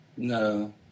No